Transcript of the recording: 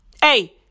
Hey